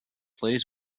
plays